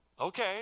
Okay